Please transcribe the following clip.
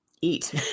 eat